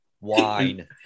Wine